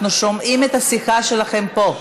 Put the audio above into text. אנחנו שומעים את השיחה שלכם פה.